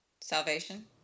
Salvation